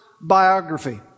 biography